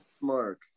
Mark